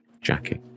Jackie